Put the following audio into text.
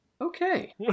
Okay